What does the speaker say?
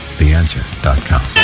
TheAnswer.com